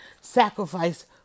Sacrifice